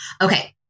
Okay